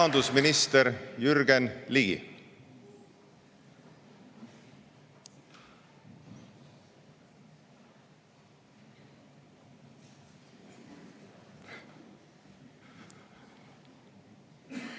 Rahandusminister Jürgen Ligi.